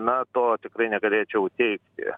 na to tikrai negalėčiau teigti